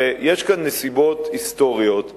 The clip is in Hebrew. הרי יש כאן נסיבות היסטוריות מצערות,